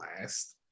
last